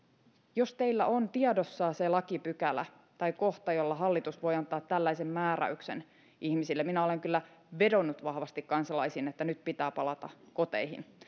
jos teillä on tiedossa se lakipykälä tai kohta jolla hallitus voi antaa tällaisen määräyksen ihmisille minä olen kyllä vedonnut vahvasti kansalaisiin että nyt pitää palata koteihin